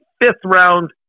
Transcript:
fifth-round